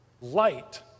light